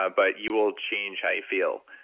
ah but you will change how you feel.